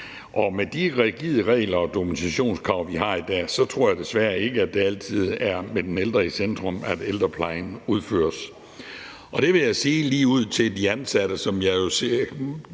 Med de rigide regler og dokumentationskrav, vi har i dag, tror jeg desværre ikke, det altid er med den ældre i centrum, ældreplejen udføres. Det vil jeg sige ligeud til de ansatte. Man kan jo ikke